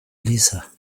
lisa